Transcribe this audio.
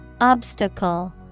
Obstacle